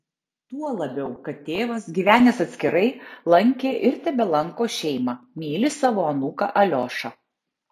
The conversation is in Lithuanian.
tuo labiau kad tėvas gyvenęs atskirai lankė ir tebelanko šeimą myli savo anūką aliošą